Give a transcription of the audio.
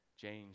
James